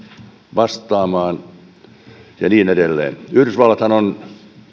vastaamaan ja niin edelleen yhdysvallathan on